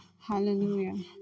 Hallelujah